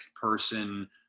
person